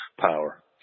power